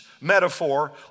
metaphor